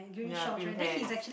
ya green pants